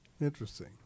Interesting